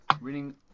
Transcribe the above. reading